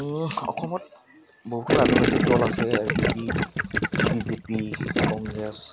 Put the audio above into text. অসমত বহুতো ৰাজনৈতিক দল আছে A G P B J P Congress